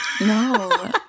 No